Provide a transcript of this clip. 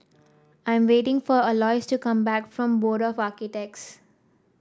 I'm waiting for Aloys to come back from Board of Architects